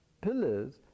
pillars